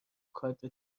کادر